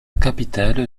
capitale